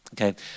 okay